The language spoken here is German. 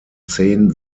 zehn